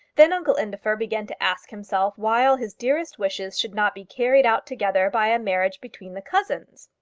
then uncle indefer began to ask himself why all his dearest wishes should not be carried out together by a marriage between the cousins.